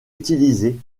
utilisée